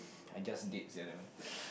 I just did sia that one